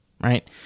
right